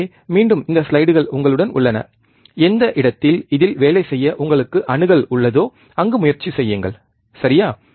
எனவே மீண்டும் இந்த ஸ்லைடுகள் உங்களுடன் உள்ளன எந்த இடத்தில் இதில் வேலை செய்ய உங்களுக்கு அணுகல் உள்ளதோ அங்கு முயற்சி செய்யுங்கள் சரியா